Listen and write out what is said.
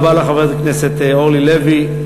תודה רבה לך, חברת הכנסת אורלי לוי.